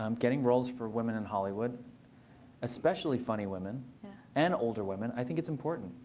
um getting roles for women in hollywood especially funny women and older women i think it's important.